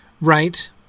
Right